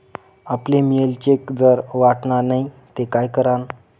आपले मियेल चेक जर वटना नै ते काय करानं?